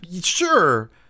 Sure